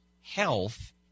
health